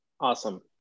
Awesome